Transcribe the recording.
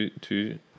Two